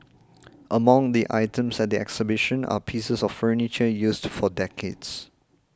among the items at the exhibition are pieces of furniture used for decades